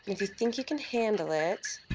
if you think you can handle it,